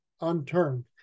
unturned